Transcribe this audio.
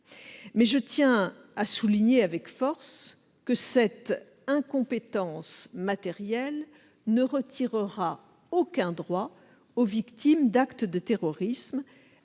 Mais je tiens à souligner avec force que cette incompétence matérielle ne retirera aucun droit aux victimes d'actes de terrorisme